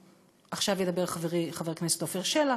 עכשיו ידבר חברי חבר הכנסת עפר שלח,